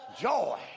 Joy